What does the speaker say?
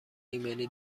ایمنی